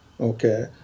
Okay